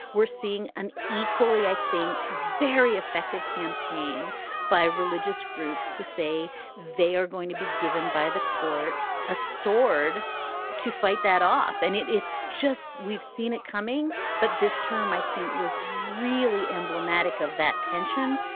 we're seeing an equally, i think, very effective campaign by religious groups to say they are going to be given by the court a sword to fight that off. and it's just we've seen it coming but this term, i think, was really emblematic of that tension.